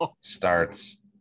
Starts